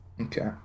Okay